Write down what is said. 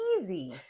easy